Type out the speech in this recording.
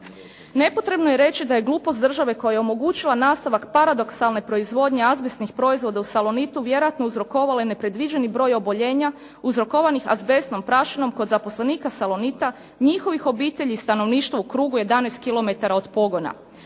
Nepotrebno je reći da je glupost države koja je omogućila nastavak paradoksalne proizvodnje azbestnih proizvoda u "Salonitu" vjerojatno uzrokovala i nepredviđeni broj oboljela, uzrokovanih azbestnom prašinom kod zaposlenika "Salonita", njihovih obitelji, stanovišta u krugu 11 kilometara od pogona.